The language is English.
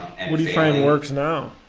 and what do you find works now?